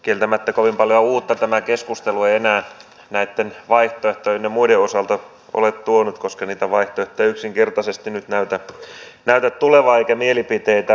kieltämättä kovin paljon uutta tämä keskustelu ei enää näitten vaihtoehtojen ynnä muiden osalta ole tuonut koska niitä vaihtoehtoja ei yksinkertaisesti nyt näytä tulevan eikä mielipiteitä olevan